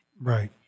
Right